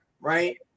right